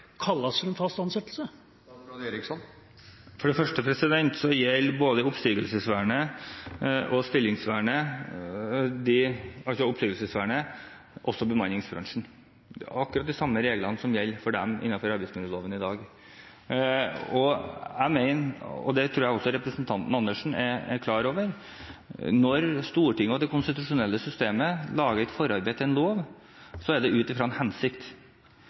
kalles en fast ansettelse? For det første gjelder stillingsvernet, oppsigelsesvernet, også bemanningsbransjen. Det er akkurat de samme reglene innenfor arbeidsmiljøloven i dag som gjelder for dem. Jeg mener – og dette tror jeg også representanten Andersen er klar over – at når Stortinget og det konstitusjonelle systemet gjør et forarbeid til en lov, er det ut fra en hensikt.